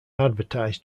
advertised